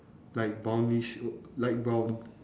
like brownish w~ light brown